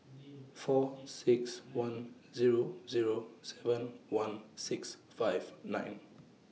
four six one Zero Zero seven one six five nine